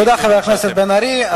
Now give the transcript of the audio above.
תודה, חבר הכנסת בן-ארי.